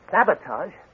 Sabotage